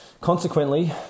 Consequently